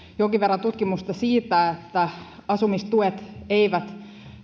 jonkin verran tutkimusta siitä että asumistuet eivät